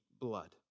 blood